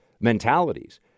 mentalities